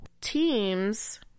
teams